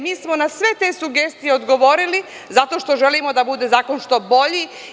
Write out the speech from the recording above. Mi smo na sve te sugestije odgovorili zato što želimo da bude zakon što bolji.